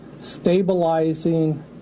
stabilizing